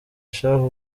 shahu